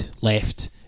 left